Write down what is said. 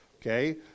Okay